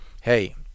hey